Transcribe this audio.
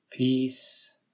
Peace